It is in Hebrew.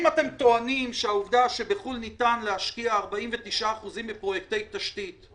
אם אתם טוענים שהעובדה שבחו"ל ניתן להשקיע 49% מפרוייקטי תשתית,